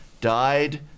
died